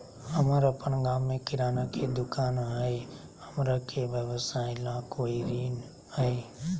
हमर अपन गांव में किराना के दुकान हई, हमरा के व्यवसाय ला कोई ऋण हई?